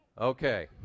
Okay